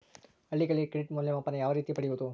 ಹಳ್ಳಿಗಳಲ್ಲಿ ಕ್ರೆಡಿಟ್ ಮೌಲ್ಯಮಾಪನ ಯಾವ ರೇತಿ ಪಡೆಯುವುದು?